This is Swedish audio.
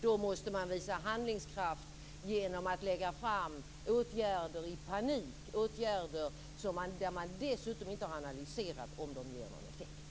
Då måste man visa handlingskraft genom att lägga fram förslag om åtgärder i panik, åtgärder som man dessutom inte har analyserat om de ger någon effekt.